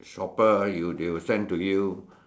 shopper you they will send to you